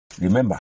Remember